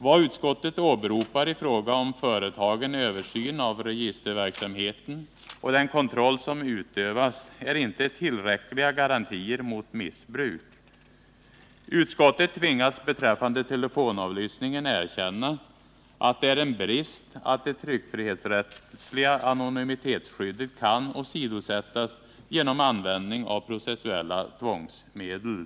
Vad utskottet åberopar i fråga om företagen översyn av registerverksamheten och den kontroll som utövas är inte tillräckliga garantier mot missbruk. Utskottet tvingas beträffande telefonavlyssningen erkänna att det är en brist att det tryckfrihetsrättsliga anonymitetsskyddet kan åsidosättas genom användning av processuella tvångsmedel.